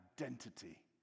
identity